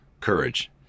Courage